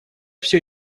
все